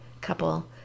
couple